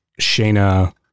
Shayna